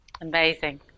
Amazing